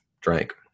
drank